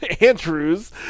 Andrews